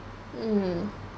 mm